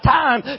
time